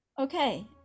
Okay